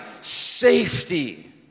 safety